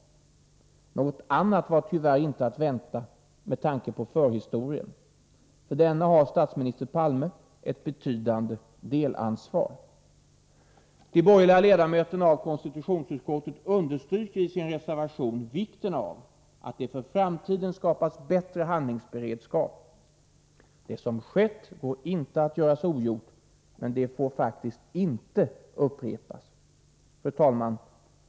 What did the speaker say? Något annat var inte att vänta med tanke på förhistorien. För denna har statsminister Palme ett delansvar. De borgerliga ledamöterna av konstitutionsutskottet understryker i sin reservation vikten av att det för framtiden skapas bättre handlingsberedskap. Det som skett går icke att göras ogjort, men det får inte upprepas. Fru talman!